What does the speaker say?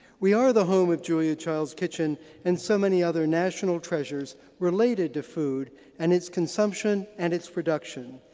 we are the home of julia child's kitchen and so many other national treasures related to food and it's consumption and it's production.